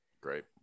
Great